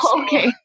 okay